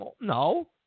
No